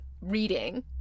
reading